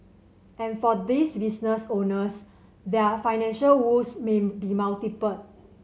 and for these business owners their financial woes may be multiple